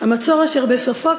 המצור אשר בסופו,